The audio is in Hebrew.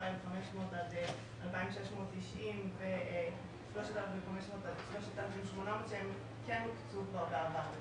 2,500 עד 2,690 ו-3,500 עד 3,800 שהם כן הוקצו כבר בעבר.